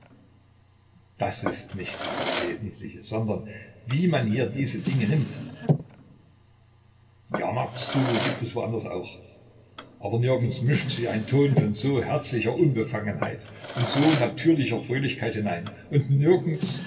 das ist nicht das wesentliche sondern wie man hier diese dinge nimmt jahrmarktstrubel gibt es wo anders auch aber nirgends mischt sich ein ton von so herzlicher unbefangenheit und so natürlicher fröhlichkeit hinein und nirgends